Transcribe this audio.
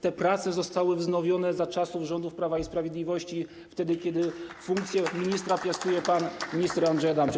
Te prace zostały wznowione za czasów rządów Prawa i Sprawiedliwości, kiedy to funkcję ministra piastuje pan minister Andrzej Adamczyk.